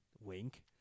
Wink